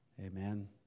Amen